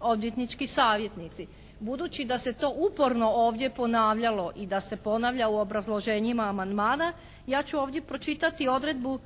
odvjetnički savjetnici. Budući da se to uporno ovdje ponavljalo i da se ponavlja u obrazloženjima amandmana ja ću ovdje pročitati odredbu